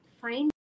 find